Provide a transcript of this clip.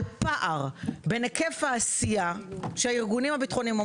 על פער בין היקף העשייה שהארגונים הביטחוניים,